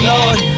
Lord